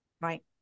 Right